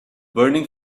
burning